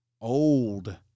old